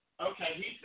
Okay